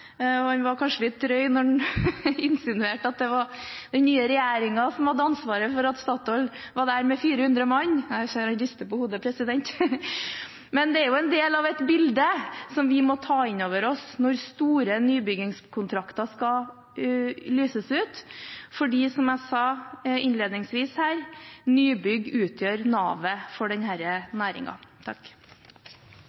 når han insinuerte at det var den nye regjeringen som hadde ansvaret for at Statoil var der med 400 mann – jeg ser han rister på hodet – men det er jo en del av et bilde som vi må ta inn over oss når store nybyggingskontrakter skal lyses ut, fordi, som jeg sa innledningsvis, nybygg utgjør navet for